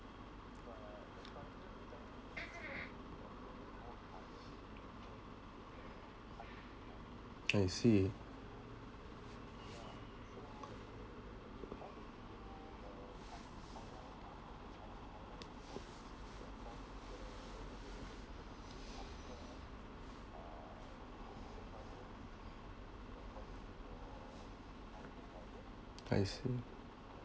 I see I see